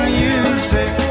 music